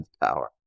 power